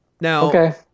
now